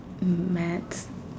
maths